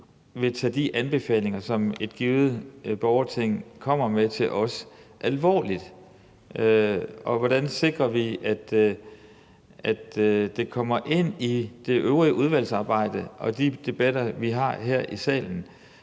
vil tage de anbefalinger, som et givet borgerting kommer til os med, alvorligt? Og hvordan sikrer vi, at det kommer ind i det øvrige udvalgsarbejde og de debatter, vi har her i salen?